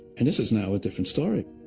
and this is now a different story.